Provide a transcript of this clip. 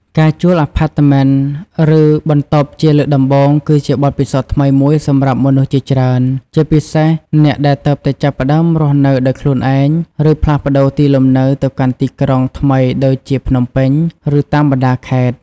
ការជួលអាផាតមិន ឬបន្ទប់ជាលើកដំបូង គឺជាបទពិសោធន៍ថ្មីមួយសម្រាប់មនុស្សជាច្រើន ជាពិសេសអ្នកដែលទើបតែចាប់ផ្តើមរស់នៅដោយខ្លួនឯង ឬផ្លាស់ប្តូរទីលំនៅទៅកាន់ទីក្រុងថ្មីដូចជាភ្នំពេញ ឬតាមបណ្តាខេត្ត។